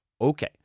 Okay